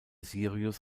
sirius